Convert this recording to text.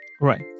Right